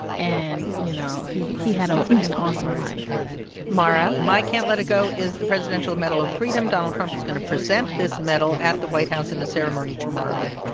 and, you know, he he had um an awesome life mara? my can't let it go is the presidential medal of freedom. donald trump is going to present this medal at the white house in a ceremony tomorrow.